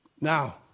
Now